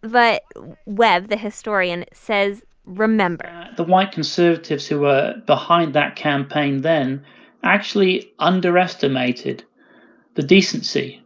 but webb, the historian, says remember. the white conservatives who were behind that campaign then actually underestimated the decency